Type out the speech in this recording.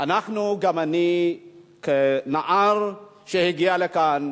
גם אני כנער שהגיע לכאן